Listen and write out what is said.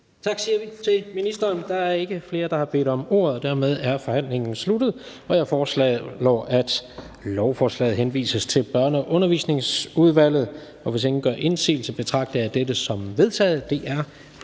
Tak, siger vi til ministeren. Der er ikke flere, der har bedt om ordet, og dermed er forhandlingen sluttet. Jeg foreslår, at lovforslaget henvises til Børne- og Undervisningsudvalget. Hvis ingen gør indsigelse, betragter jeg dette som vedtaget. Det er